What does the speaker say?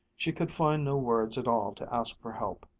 she could find no words at all to ask for help,